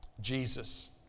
Jesus